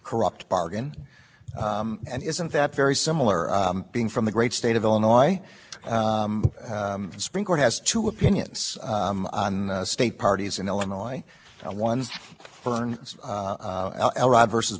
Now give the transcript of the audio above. always show that parties have an incentive to try to make money even in small amounts from large numbers of employees by looking at who contributes and who doesn't and if that's the case if we take this cap off if we take this